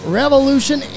revolution